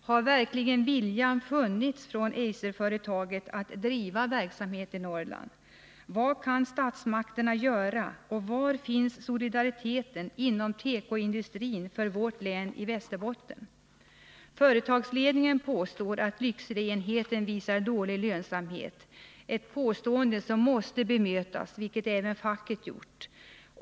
Har verkligen viljan funnits från Eiserfö Företagsledningen påstår att Lyckseleenheten visar dålig lönsamhet, ett påstående som måste bemötas, vilket även facket gjort.